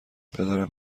پدرم